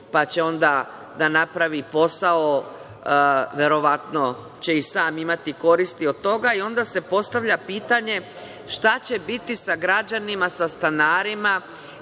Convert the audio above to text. Onda će da napravi posao, verovatno će i sam imati koristi od toga. Onda se postavlja pitanje, šta će biti sa građanima, sa stanarima